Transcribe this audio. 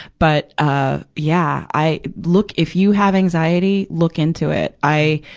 but, ah, yeah. i, look, if you have anxiety, look into it. i,